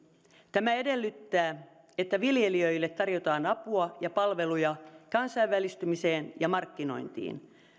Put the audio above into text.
tämä edellyttää että viljelijöille tarjotaan apua ja palveluja kansainvälistymiseen ja markkinointiin